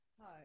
Hi